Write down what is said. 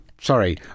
Sorry